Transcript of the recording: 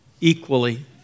equally